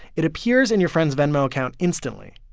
it appears in your friend's venmo account instantly.